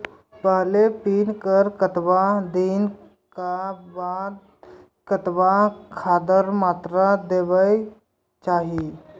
पहिल पानिक कतबा दिनऽक बाद कतबा खादक मात्रा देबाक चाही?